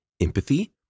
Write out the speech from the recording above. empathy